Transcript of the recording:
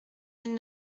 mille